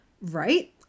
right